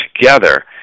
together